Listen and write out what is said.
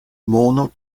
mono